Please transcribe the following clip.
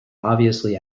obviously